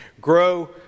grow